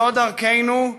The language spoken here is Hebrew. זו דרכנו,